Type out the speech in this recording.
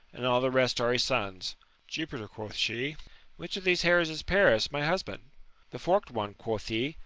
and all the rest are his sons jupiter! quoth she which of these hairs is paris my husband the forked one quoth he,